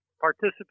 participate